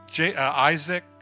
Isaac